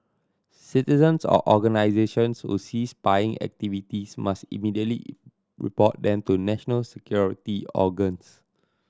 citizens or organisations who see spying activities must immediately report them to national security organs